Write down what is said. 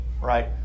right